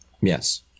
Yes